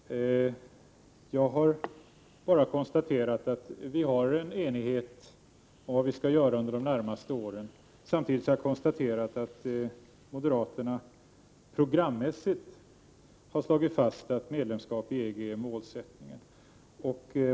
Herr talman! Björn Körlof tyckte att jag hoppade på moderaterna. Jag har bara konstaterat att det råder enighet om vad vi skall göra under de närmaste åren. Samtidigt har jag konstaterat att moderaterna programmässigt har slagit fast att medlemskap i EG är målsättningen.